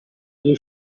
you